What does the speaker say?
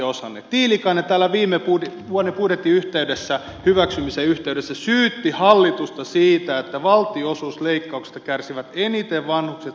tiilikainen täällä viime vuoden budjetin hyväksymisen yhteydessä syytti hallitusta siitä että valtionosuusleikkauksista kärsivät eniten vanhukset sairaat ja lapset